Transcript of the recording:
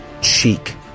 cheek